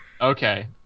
Okay